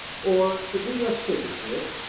or, to be less figurative,